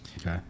okay